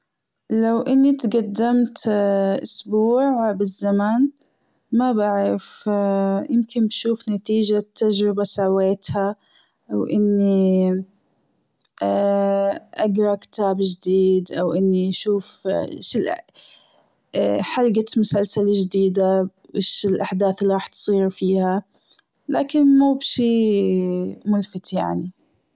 لو أني تجدمت أسبوع بالزمان مابعرف يمكن بشوف نتيجة تجربة سويتها أو أني اجرا كتاب جديد أو أني شوف شي- ال- حلقة مسلسل جديدة وش الأحداث اللي راح تصير فيها لكن مو بشي ملفت يعني.